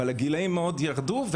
אבל הגילאים ירדו מאוד,